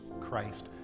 Christ